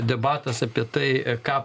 debatas apie tai ką